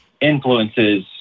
influences